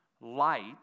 light